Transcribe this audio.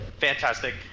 fantastic